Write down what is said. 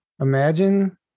Imagine